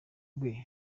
rwe